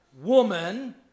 Woman